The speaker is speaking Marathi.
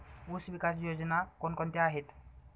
ऊसविकास योजना कोण कोणत्या आहेत?